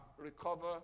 recover